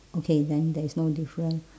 okay then there is no difference